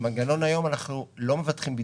במנגנון היום אנחנו לא מבטחים,